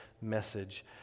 message